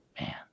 man